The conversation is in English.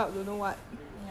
ya one day one day